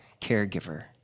caregiver